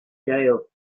jail